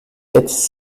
its